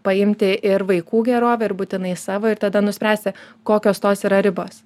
paimti ir vaikų gerovę ir būtinai savo ir tada nuspręsti kokios tos yra ribos